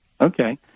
Okay